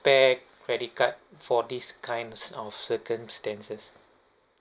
spare credit card for these kinds of circumstances